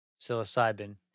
psilocybin